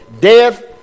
death